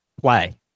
play